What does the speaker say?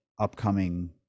upcoming